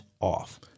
off